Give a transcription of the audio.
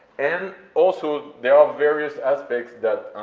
and, also, there are various aspects that